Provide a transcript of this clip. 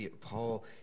Paul